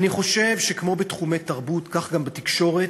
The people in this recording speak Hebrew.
אני חושב שכמו בתחומי תרבות כך גם בתקשורת: